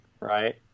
right